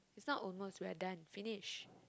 it's not over it's we're done finish